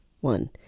one